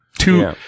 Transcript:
Two